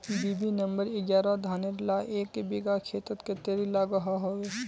BB number एगारोह धानेर ला एक बिगहा खेतोत कतेरी लागोहो होबे?